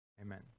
amen